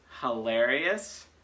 Hilarious